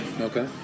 Okay